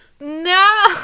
No